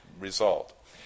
result